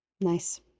Nice